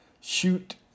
shoot